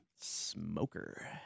Smoker